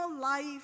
life